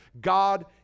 God